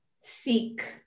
seek